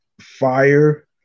fire